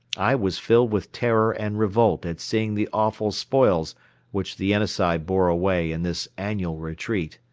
i was filled with terror and revolt at seeing the awful spoils which the yenisei bore away in this annual retreat.